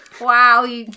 Wow